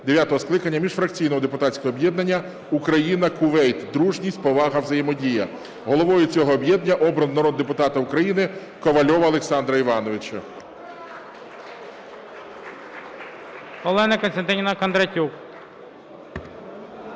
скликання міжфракційного депутатського об'єднання "Україна – Кувейт: дружність, повага, взаємодія". Головою цього об'єднання обрано народного депутата України Ковальова Олександра Івановича. (Оплески) ГОЛОВУЮЧИЙ. Олена Костянтинівна Кондратюк.